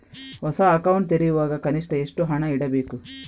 ಹೊಸ ಅಕೌಂಟ್ ತೆರೆಯುವಾಗ ಕನಿಷ್ಠ ಎಷ್ಟು ಹಣ ಇಡಬೇಕು?